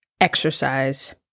exercise